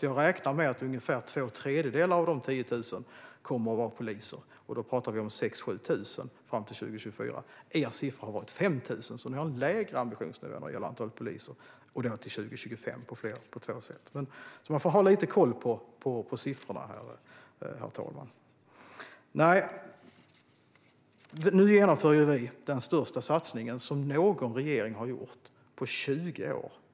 Jag räknar med att ungefär två tredjedelar av dessa 10 000 kommer att vara poliser, och då talar vi om 6 000-7 000 fram till 2024. Er siffra är 5 000, så ni har en lägre ambitionsnivå vad gäller antalet poliser. Det gäller då till 2025, så det är alltså på två sätt. Man får ha lite koll på siffrorna, herr talman. Vi genomför nu den största satsning på polisen som någon regering har gjort på 20 år.